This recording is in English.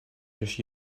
just